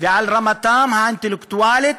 ועל רמתם האינטלקטואלית,